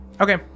Okay